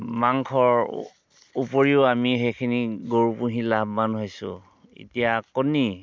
মাংসৰ উপৰিও আমি সেইখিনি গৰু পুহি লাভৱান হৈছোঁ এতিয়া কণী